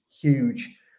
huge